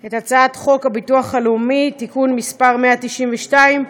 את הצעת חוק הביטוח הלאומי (תיקון מס' 192),